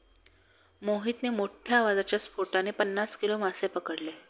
मोहितने मोठ्ठ्या आवाजाच्या स्फोटाने पन्नास किलो मासे पकडले